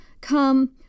come